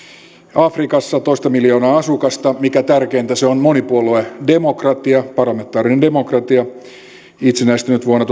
afrikassa toista miljoonaa asukasta mikä tärkeintä se on monipuoluedemokratia parlamentaarinen demokratia itsenäistynyt vuonna